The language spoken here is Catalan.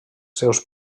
seus